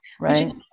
right